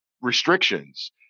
restrictions